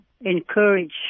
encourage